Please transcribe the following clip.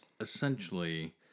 essentially